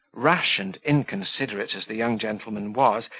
rash and inconsiderate as the young gentleman was,